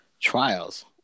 trials